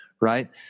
right